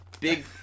big